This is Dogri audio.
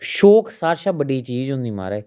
शौक सारा शा बड्डी चीज होंदी महाराज